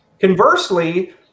Conversely